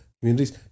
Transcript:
communities